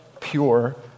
pure